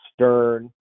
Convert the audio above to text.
stern